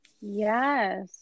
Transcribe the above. Yes